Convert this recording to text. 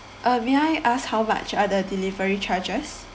uh may I ask how much are the delivery charges